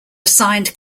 assigned